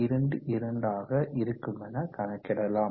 22 ஆக இருக்குமென கணக்கிடலாம்